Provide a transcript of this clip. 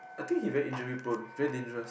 I think he very injury prone very dangerous